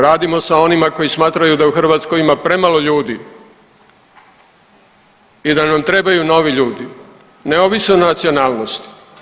Radimo sa onima koji smatraju da u Hrvatskoj ima premalo ljudi i da nam trebaju novi ljudi, neovisno o nacionalnosti.